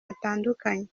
hatandukanye